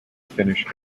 finnish